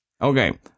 Okay